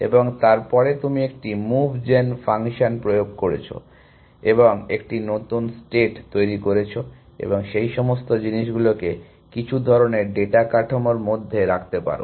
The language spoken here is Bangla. এবং তারপরে তুমি একটি মুভ জেন ফাংশন প্রয়োগ করেছো এবং একটি নতুন স্টেট তৈরি করেছো এবং সেই সমস্ত জিনিসগুলিকে কিছু ধরণের ডেটা কাঠামোর মধ্যে রাখতে পারো